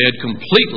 completely